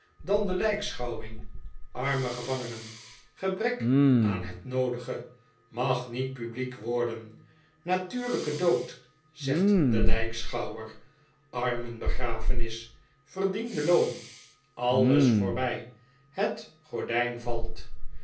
dan de lijkschouwing arme gevangenen gebrek aan het noodige mag niet publiek worden natuurlijke dood zegt de lijkschouwer armenbegrafenis verdiende loon alles voorbij het gordijn valt